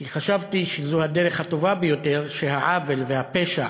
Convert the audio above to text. כי חשבתי שהדרך הטובה ביותר היא שהעוול והפשע